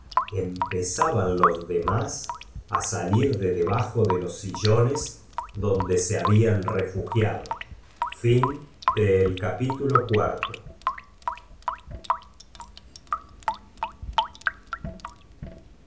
empezaban los demás á salir de debajo de los sillones donde se hablan refugiado